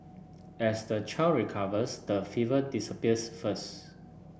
as the child recovers the fever disappears first